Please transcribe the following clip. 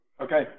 Okay